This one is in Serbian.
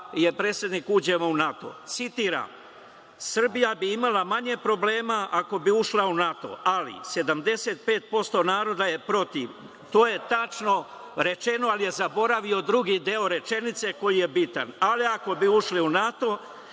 mi trebamo da uđemo u NATO. Citiram – Srbija bi imala manje problema ako bi ušla u NATO, ali 75% naroda je protiv. To je tačno rečeno, ali je zaboravio drugi deo rečenice koji je bitan – ali ako bi ušli u NATO